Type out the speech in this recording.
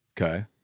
Okay